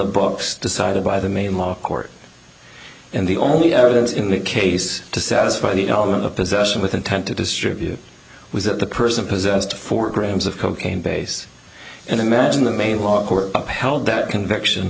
books decided by the maim or court and the only evidence in the case to satisfy the element of possession with intent to distribute was that the person possessed four grams of cocaine base and imagine the maine law court upheld that conviction